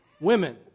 women